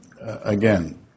again